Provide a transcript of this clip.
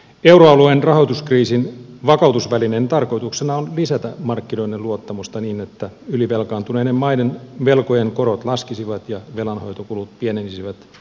euroalueen rahoituskriisin vakautusvälineen tarkoituksena on lisätä markkinoiden luottamusta niin että ylivelkaantuneiden maiden velkojen korot laskisivat ja velanhoitokulut pienenisivät